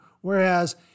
Whereas